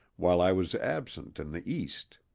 while i was absent in the east.